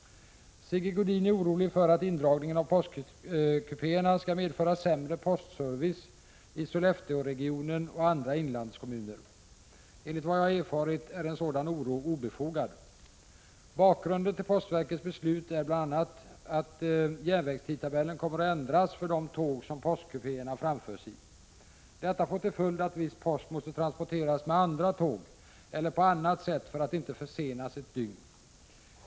Sigge Godin är orolig för att indragningen av postkupéerna skall medföra sämre postservice i Sollefteåregionen och andra inlandskommuner. Enligt vad jag har erfarit är en sådan oro obefogad. Bakgrunden till postverkets beslut är bl.a. att järnvägstidtabellen kommer att ändras för de tåg som postkupéerna framförs i. Detta får till följd att viss post måste transporteras med andra tåg eller på annat sätt för att inte försenas ett dygn.